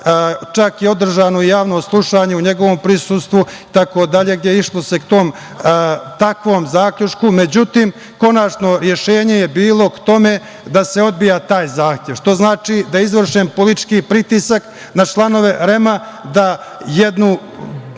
Čak je održano javno slušanje u njegovom prisustvu itd, gde se išlo ka tom takvom zaključku.Međutim, konačno rešenje je bilo tome da se odbija taj zahtev, što znači da je izvršen politički pritisak na članove REM da jednu